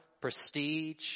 prestige